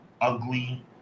ugly